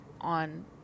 on